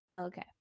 Okay